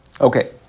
Okay